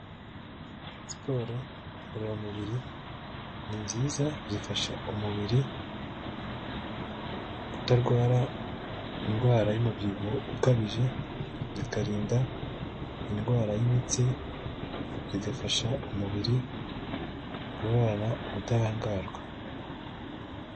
Siporo ngororamubiri ni nziza zifasha umubiri kutarwara indwara y'umubyibuho ukabije, zikarinda indwara y'imitsi zigafasha umubiri guhorana ubudahangarwa.